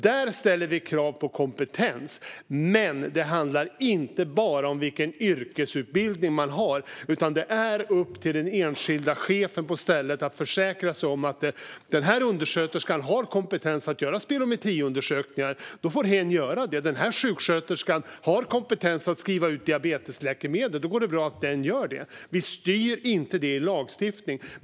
Där ställer vi krav på kompetens, men det handlar då inte bara om vilken yrkesutbildning man har, utan det är upp till den enskilde chefen på stället att försäkra sig om att exempelvis en undersköterska har kompetens att göra spirometriundersökningar eller att skriva ut diabetesläkemedel. Vi styr inte detta i lagstiftning.